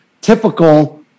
typical